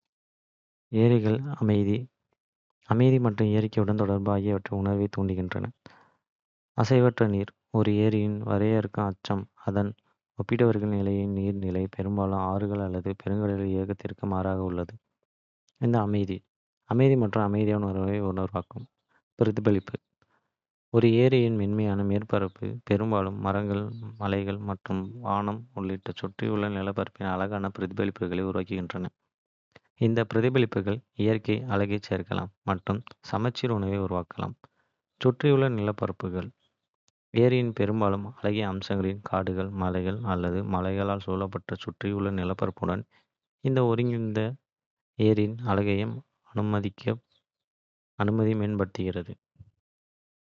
ஏரிகள் அமைதி, அமைதி மற்றும் இயற்கையுடனான தொடர்பு ஆகியவற்றின் உணர்வைத் தூண்டுகின்றன. நான் அவர்களுடன் தொடர்புபடுத்துவது இங்கே. அசைவற்ற நீர் ஒரு ஏரியின் வரையறுக்கும் அம்சம் அதன் ஒப்பீட்டளவில் நிலையான நீர்நிலை, பெரும்பாலும் ஆறுகள் அல்லது பெருங்கடல்களின் இயக்கத்திற்கு மாறாக உள்ளது. இந்த அமைதி. அமைதி மற்றும் அமைதியான உணர்வை உருவாக்கும். பிரதிபலிப்புகள் ஒரு ஏரியின் மென்மையான மேற்பரப்பு பெரும்பாலும் மரங்கள், மலைகள் மற்றும் வானம் உள்ளிட்ட சுற்றியுள்ள நிலப்பரப்பின் அழகான பிரதிபலிப்புகளை உருவாக்குகிறது. இந்த. பிரதிபலிப்புகள் இயற்கை அழகைச் சேர்க்கலாம் மற்றும் சமச்சீர் உணர்வை உருவாக்கலாம். சுற்றியுள்ள நிலப்பரப்புகள் ஏரிகள் பெரும்பாலும் அழகிய அமைப்புகளில், காடுகள், மலைகள் அல்லது மலைகளால் சூழப்பட்டுள்ளன. சுற்றியுள்ள நிலப்பரப்புடன் இந்த ஒருங்கிணைப்பு ஏரியின். அழகையும் அமைதியையும் மேம்படுத்துகிறது.